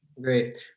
Great